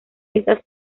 estas